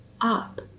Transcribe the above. up